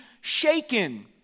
shaken